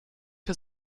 für